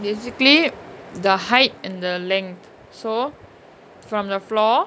basically the height and the length so from the floor